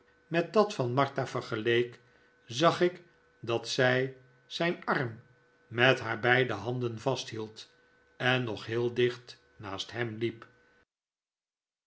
met dat van martha vergeleek zag ik dat zij zijn arm met haar beide handen vasthield en nog heel dicht naast hem liep